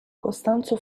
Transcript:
costanzo